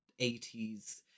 80s